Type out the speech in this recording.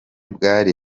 bwari